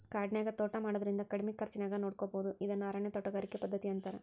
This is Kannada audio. ಕಾಡಿನ್ಯಾಗ ತೋಟಾ ಮಾಡೋದ್ರಿಂದ ಕಡಿಮಿ ಖರ್ಚಾನ್ಯಾಗ ನೋಡ್ಕೋಬೋದು ಇದನ್ನ ಅರಣ್ಯ ತೋಟಗಾರಿಕೆ ಪದ್ಧತಿ ಅಂತಾರ